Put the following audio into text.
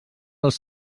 els